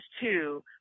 two